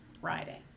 friday